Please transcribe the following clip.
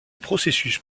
processus